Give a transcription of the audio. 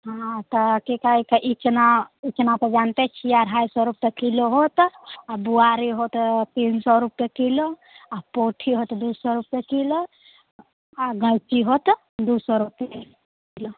हँ तऽ कि कहै छै इचना इचना तऽ जानिते छिए अढ़ाइ सओ रुपैए किलो हैत आओर बुआरी हैत तीन सओ रुपैए किलो आओर पोठी हैत दुइ सओ रुपैए किलो आओर गैँची हैत दुइ सओ रुपैए किलो